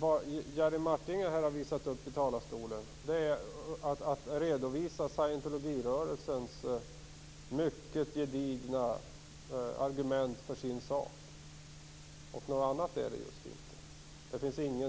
Vad Jerry Martinger har gjort här i talarstolen är att redovisa scientologirörelsens mycket gedigna argument för sin sak. Något annat är det just inte.